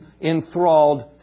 enthralled